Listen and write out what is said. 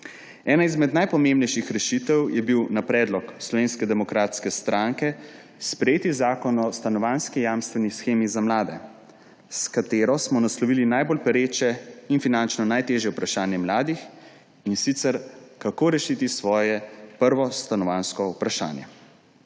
Ena izmed najpomembnejših rešitev je bil na predlog Slovenske demokratske stranke sprejeti Zakon o stanovanjski jamstveni shemi za mlade, s katero smo naslovili najbolj pereče in finančno najtežje vprašanje mladih, in sicer, kako rešiti svoje prvo stanovanjsko vprašanje.